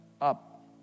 up